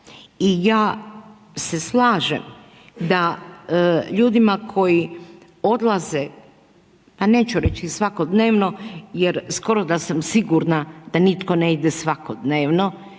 I ja se slažem da ljudima koji odlaze, pa neću reći svakodnevno jer skoro da sam sigurna da nitko ne ide svakodnevno